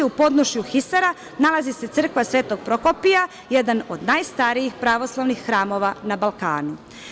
U podnožju Hisara nalazi se crkva Svetog Prokopija, jedan od najstarijih pravoslavnih hramova na Balkanu.